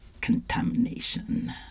contamination